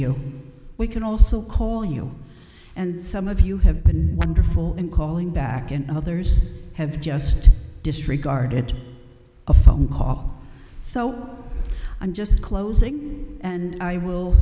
you we can also call you and some of you have been wonderful in calling back and others have just disregarded a phone call so i'm just closing and i